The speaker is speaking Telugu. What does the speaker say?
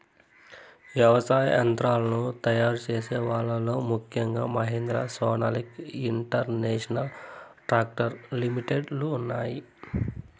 వ్యవసాయ యంత్రాలను తయారు చేసే వాళ్ళ లో ముఖ్యంగా Mahindra, Sonalika international tractor limited లు ఉన్నాయి